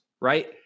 right